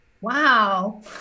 Wow